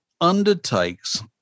undertakes